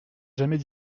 jamais